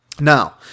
Now